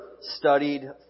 studied